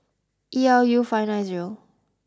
E L U five nine zero